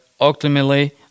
ultimately